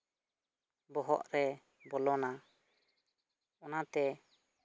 ᱵᱚᱦᱚᱜ ᱨᱮ ᱵᱚᱞᱚᱱᱟ ᱚᱱᱟᱛᱮ